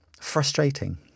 frustrating